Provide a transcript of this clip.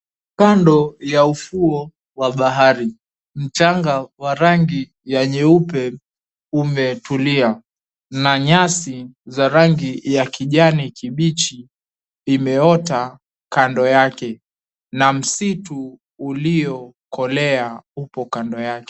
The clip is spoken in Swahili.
Kando ya ufuo wa bahari, mchanga wa rangi ya nyeupe umetulia. Na nyasi za rangi ya kijani kibichi imeota kando yake. Na msitu uliokolea upo kando yake.